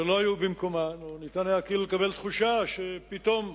ולא היו במקומן, היה אפשר לקבל תחושה שפתאום,